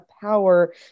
power